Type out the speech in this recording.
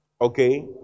okay